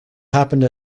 happened